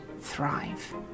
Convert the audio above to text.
thrive